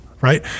Right